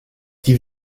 die